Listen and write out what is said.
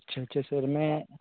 اچھا اچھا سر میں